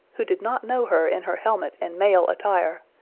who did not know her in her helmet and male attire,